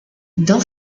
dans